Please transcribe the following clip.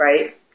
right